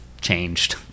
changed